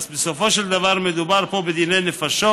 בסופו של דבר, מדובר פה בדיני נפשות,